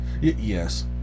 Yes